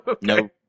No